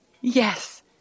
Yes